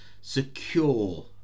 secure